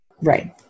Right